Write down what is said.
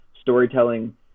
storytelling